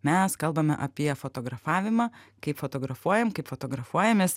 mes kalbame apie fotografavimą kaip fotografuojam kaip fotografuojamės